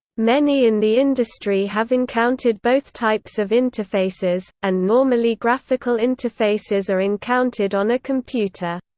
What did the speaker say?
many in the industry have encountered both types of interfaces, and normally graphical interfaces are encountered on a computer.